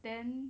then